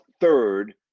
third